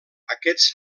aquests